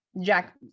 Jack